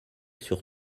sur